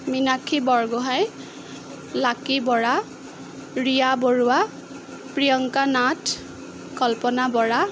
Minakshi Borgohain Lucky Bora Riya Baruah Priyanka Nath Kalpana Bora